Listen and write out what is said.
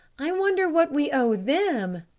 i wonder what we owe them!